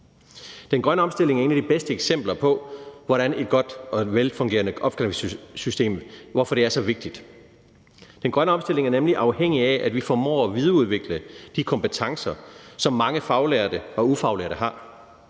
Den grønne omstilling er et af de bedste eksempler på, hvorfor et godt og velfungerende opkvalificeringssystem er så vigtigt. Den grønne omstilling er nemlig afhængig af, at vi formår at videreudvikle de kompetencer, som mange faglærte og ufaglærte har,